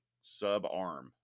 sub-arm